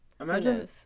Imagine